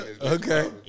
Okay